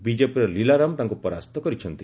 ବିଜେପିର ଲୀଲାରାମ୍ ତାଙ୍କୁ ପରାସ୍ତ କରିଛନ୍ତି